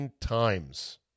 times